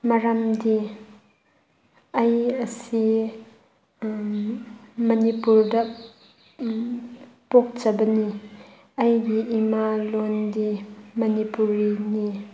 ꯃꯔꯝꯗꯤ ꯑꯩ ꯑꯁꯤ ꯃꯅꯤꯄꯨꯔꯗ ꯄꯣꯛꯆꯕꯅꯤ ꯑꯩꯒꯤ ꯏꯃꯥ ꯂꯣꯜꯗꯤ ꯃꯅꯤꯄꯨꯔꯤꯅꯤ